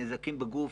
נזקים בגוף,